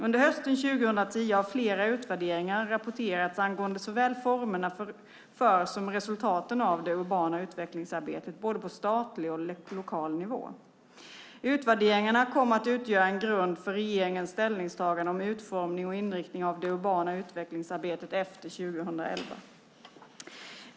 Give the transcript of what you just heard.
Under hösten 2010 har flera utvärderingar rapporterats angående såväl formerna för som resultaten av det urbana utvecklingsarbetet, på både statlig och lokal nivå. Utvärderingarna kommer att utgöra en grund för regeringens ställningstagande om utformning och inriktning av det urbana utvecklingsarbetet efter 2011.